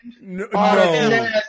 No